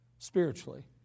spiritually